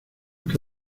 que